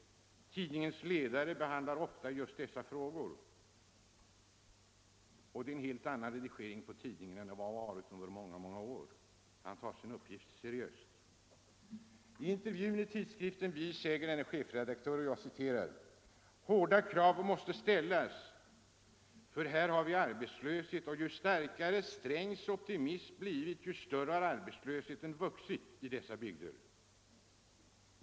Ledaren i Nya Norrland behandlar ofta just dessa frågor, och det är nu en helt annan redigering på tidningen än det har varit under många år. Redaktören tar sålunda sin uppgift mycket seriöst. Och i intervjun i tidningen Vi säger denne chefredaktör att ”hårdare krav måste ställas, ty här har vi arbetslöshet. Och ju starkare Strängs optimism blivit, desto starkare har arbetslösheten vuxit i dessa bygder.